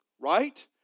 Right